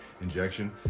injection